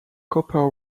copper